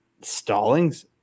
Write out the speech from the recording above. Stallings